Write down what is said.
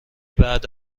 بعد